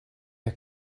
are